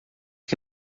que